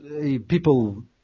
People